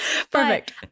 Perfect